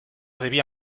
debía